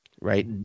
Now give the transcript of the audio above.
Right